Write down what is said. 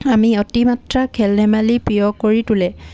আমি অতিমাত্ৰা খেল ধেমালি প্ৰিয় কৰি তোলে